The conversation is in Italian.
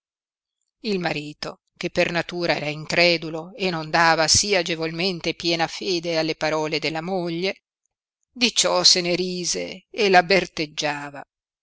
il marito che per natura era incredulo e non dava sì agevolmente piena fede alle parole della moglie di ciò se ne rise e la berteggiava